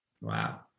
Wow